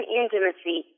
intimacy